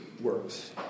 works